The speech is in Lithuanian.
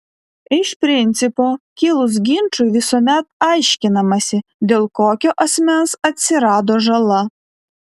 iš principo kilus ginčui visuomet aiškinamasi dėl kokio asmens atsirado žala